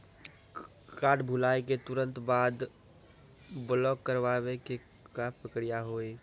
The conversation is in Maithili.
कार्ड भुलाए के तुरंत बाद ब्लॉक करवाए के का प्रक्रिया हुई?